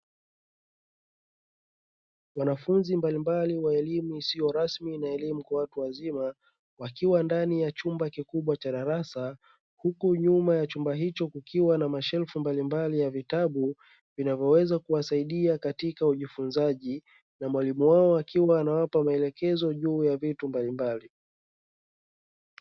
Wanafunzi mbalimbali wa elimu isiyo rasmi na elimu kwa watu wazima, wakiwa ndani ya chumba kikubwa cha darasa, huku nyuma ya chumba hicho kukiwa na mashelfu mbalimbali ya vitabu vinavyoweza kuwasaidia katika ujifunzaji, na mwalimu wao akiwa anawapa maelekezo juu ya vitu mbalimbali.